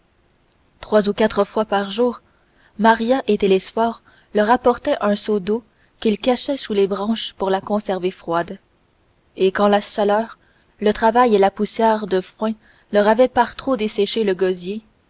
trois ou quatre fois par jour maria ou télesphore leur apportait un seau d'eau qu'ils cachaient sous des branches pour la conserver froide et quand la chaleur le travail et la poussière de foin leur avaient par trop desséché le gosier